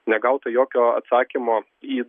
negauta jokio atsakymo į